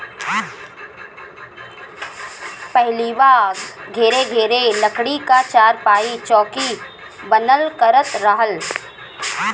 पहिलवां घरे घरे लकड़ी क चारपाई, चौकी बनल करत रहल